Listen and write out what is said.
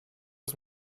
das